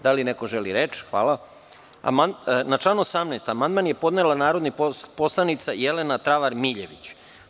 Da li neko želi reč? (Ne.) Na član 18. amandman je podnela narodni poslanik Jelena Travar Miljević.